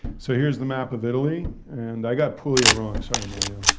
so, here's the map of italy and i got puglia wrong, sorry, mario.